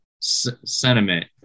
sentiment